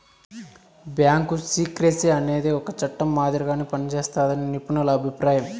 bank secrecy అనేది ఒక చట్టం మాదిరిగా పనిజేస్తాదని నిపుణుల అభిప్రాయం